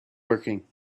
working